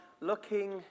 looking